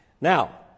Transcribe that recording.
Now